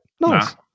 nice